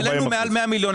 העלינו מעל 100 מיליון.